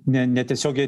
ne netiesiogiai